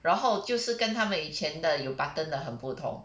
然后就是跟他们以前的有 button 的很不同